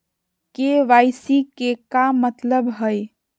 KYC के का मतलब हई?